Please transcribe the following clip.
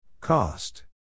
Cost